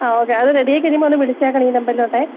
ആ ഓക്കെ അത് റെഡിയായി കഴിയുമ്പോ ഒന്ന് വിളിച്ചേക്കണേ ഈ നമ്പറിലോട്ടെ